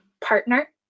partner